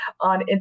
on